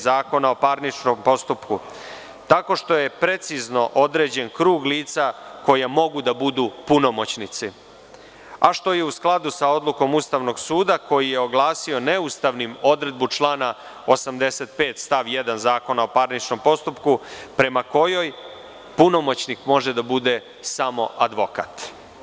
Zakona o parničnom postupku tako što je precizno određen krug lica koja mogu da budu punomoćnici, a što je u skladu sa odlukom Ustavnog suda koji je oglasio neustavnim odredbu člana 85. stav 1. Zakona o parničnom postupku, prema kojoj punomoćnik može da bude samo advokat.